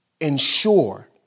ensure